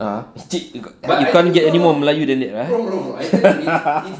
a'ah it's cheap but you can't get anymore melayu then that ah eh